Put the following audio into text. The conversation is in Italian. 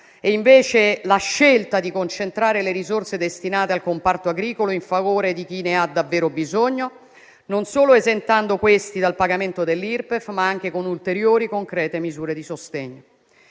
e quella di concentrare invece le risorse destinate al comparto agricolo a favore di chi ne ha davvero bisogno, non solo esentandolo dal pagamento dell'Irpef, ma anche con ulteriori misure di sostegno